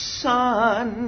sun